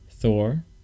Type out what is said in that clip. Thor